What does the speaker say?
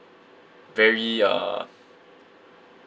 very uh